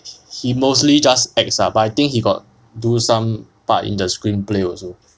h~ he mostly just acts ah but I think he got do some part in the screenplay also